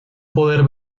poder